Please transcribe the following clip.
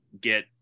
get